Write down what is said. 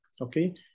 okay